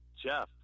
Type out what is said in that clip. Jeff